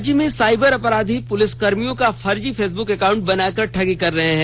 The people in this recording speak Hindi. राज्य में साइबर अपराधी प्रलिसकर्मियो को फर्जी फेसब्क एकाउंट बनाकर ठगी कर रहे है